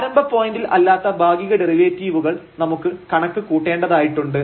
ആരംഭ പോയിന്റിൽ അല്ലാത്ത ഭാഗിക ഡെറിവേറ്റീവുകൾ നമുക്ക് കണക്ക് കൂട്ടേണ്ടതായിട്ടുണ്ട്